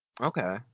Okay